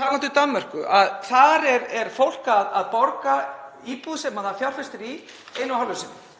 talandi um Danmörku, að þar er fólk að borga íbúð sem fjárfest er í einu og hálfu sinni